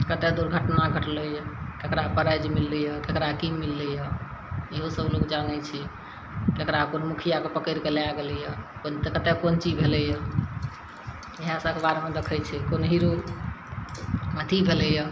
कतए दुर्घटना घटलै यऽ ककरा प्राइज मिललै यऽ ककरा कि मिललै यऽ इहोसब लोक जानै छै जकरा अपन मुखिआके पकड़िके लै गेलै यऽ ओहिमे तऽ कतए कोन चीज भेलै यऽ इएहसब अखबारमे देखै छै कोनो हीरो अथी भेलै यऽ